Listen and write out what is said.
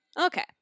Okay